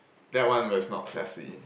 that one was not sassy